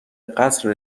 قصر